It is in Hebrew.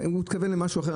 הוא התכוון למשהו אחר,